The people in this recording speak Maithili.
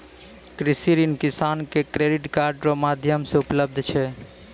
कृषि ऋण किसानो के क्रेडिट कार्ड रो माध्यम से उपलब्ध छै